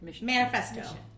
Manifesto